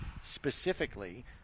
specifically